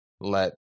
let